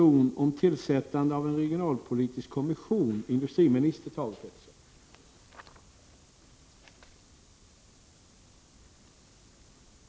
1 april 1986